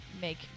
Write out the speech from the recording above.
make